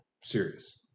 serious